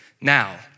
Now